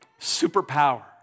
superpower